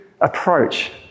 approach